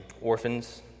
orphans